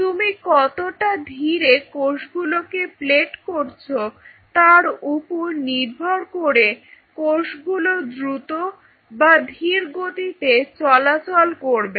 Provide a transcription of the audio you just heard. তুমি কতটা ধীরে কোষগুলোকে প্লেট করছো তার উপর নির্ভর করে কোষগুলো দ্রুত বা ধীরগতিতে চলাচল করবে